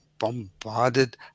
bombarded